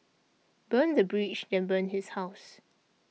burn the bridge then burn his house